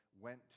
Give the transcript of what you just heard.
went